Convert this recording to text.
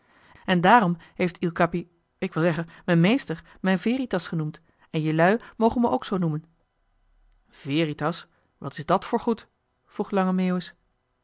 en daarom heeft il capi ik wil zeggen m'n meester mij veritas genoemd en jelui mogen me ook zoo noemen veritas wat is dat voor goed vroeg lange meeuwis